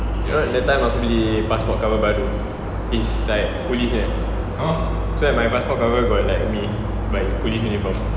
you know that time aku beli passport cover baharu is like police punya so my passport cover got like me but is police uniform